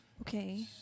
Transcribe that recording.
Okay